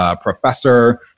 professor